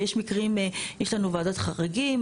ויש מקרים, יש לנו ועדת חריגים.